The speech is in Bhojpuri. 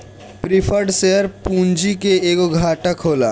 प्रिफर्ड शेयर पूंजी के एगो घटक होला